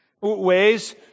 ways